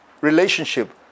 relationship